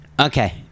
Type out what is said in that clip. Okay